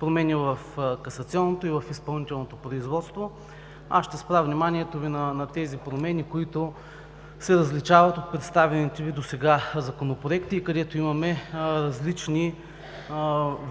промени в касационното и в изпълнителното производство. Аз ще спра вниманието Ви на тези промени, които се различават от представените Ви досега законопроекти, където имаме различни